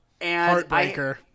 heartbreaker